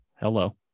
Hello